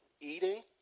eating